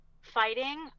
fighting